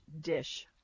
dish